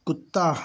कुत्ता